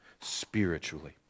spiritually